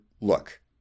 Look